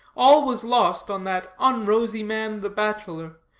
all was lost on that unrosy man, the bachelor,